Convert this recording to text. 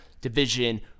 division